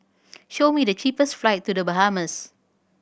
show me the cheapest flights to The Bahamas